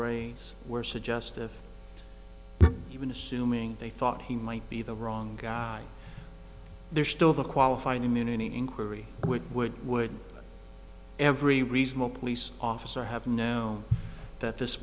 reins were suggestive even assuming they thought he might be the wrong guy there's still the qualifying immunity inquiry which would would every reasonable police officer have known that this